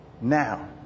now